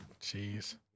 Jeez